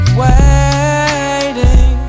waiting